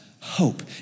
hope